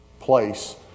place